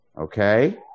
Okay